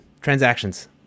transactions